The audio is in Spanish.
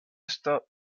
esto